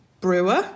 brewer